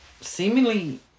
seemingly